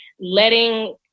letting